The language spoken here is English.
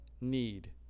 need